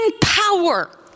power